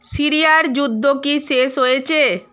সিরিয়ার যুদ্ধ কি শেষ হয়েছে